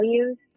values